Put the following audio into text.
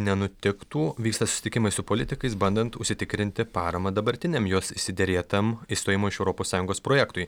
nenutiktų vyksta susitikimai su politikais bandant užsitikrinti paramą dabartiniam jos išsiderėtam išstojimo iš europos sąjungos projektui